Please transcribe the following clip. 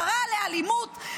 קרא לאלימות,